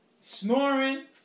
snoring